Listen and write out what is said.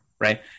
right